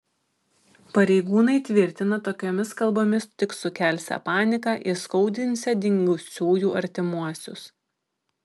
pareigūnai tvirtina tokiomis kalbomis tik sukelsią paniką įskaudinsią dingusiųjų artimuosius